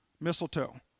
Mistletoe